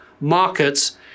markets